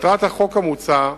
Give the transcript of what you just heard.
מטרת החוק המוצע,